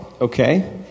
Okay